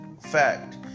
fact